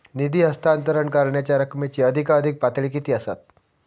निधी हस्तांतरण करण्यांच्या रकमेची अधिकाधिक पातळी किती असात?